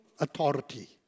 authority